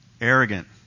Arrogant